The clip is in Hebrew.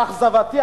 לאכזבתי,